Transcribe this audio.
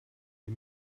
sie